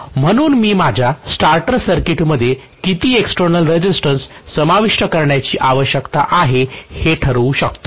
म्हणून मी माझ्या स्टार्टर सर्किटमध्ये किती एक्सटेर्नल रेसिस्टन्स समाविष्ट करण्याची आवश्यकता आहे हे ठरवू शकतो